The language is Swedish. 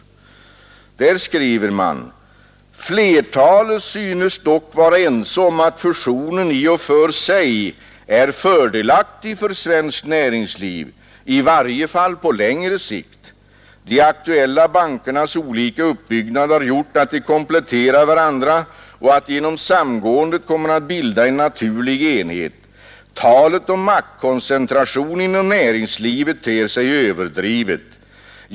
Där skriver man: ”Flertalet synes dock vara ense om att fusionen i och för sig är fördelaktig för svenskt näringsliv, i varje fall på längre sikt. De aktuella bankernas olika uppbyggnad har gjort att de kompletterar varandra och att de genom samgåendet kommer att bilda en naturlig enhet. Talet om maktkoncentration inom näringslivet ter sig överdrivet.